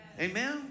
Amen